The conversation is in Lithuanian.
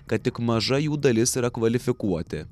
kad tik maža jų dalis yra kvalifikuoti